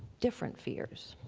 different fears.